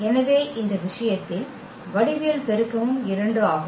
எனவே இந்த விஷயத்தில் வடிவியல் பெருக்கமும் 2 ஆகும்